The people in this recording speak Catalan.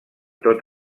tot